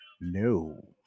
no